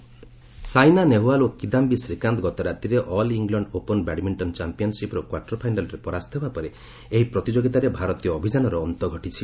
badminton Saina Nehwal ଓ କିଦାୟି ଶ୍ରୀକାନ୍ତ ଗତରାତିରେ all England open badminton ଚମ୍ପିୟନ୍ସିପ୍ର କ୍ୱାର୍ଟର ଫାଇନାଲ୍ରେ ପରାସ୍ତ ହେବା ପରେ ଏହି ପ୍ରତିଯୋଗିତାରେ ଭାରତୀୟ ଅଭିଯାନର ଅନ୍ତ ଘଟିଛି